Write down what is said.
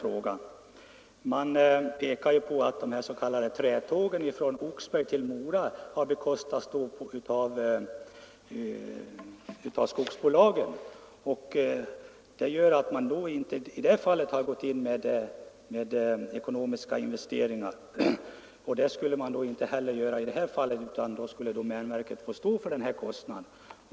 Man pekar på att de s.k. trätågen från Oxberg till Mora har bekostats av skogsbolagen. Det har varit anledningen till att SJ inte tidigare gått in med några ekonomiska investeringar, och SJ vill inte heller göra det nu, utan domänverket skulle få stå för dessa kostnader.